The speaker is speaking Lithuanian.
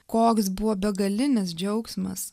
koks buvo begalinis džiaugsmas